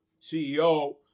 CEO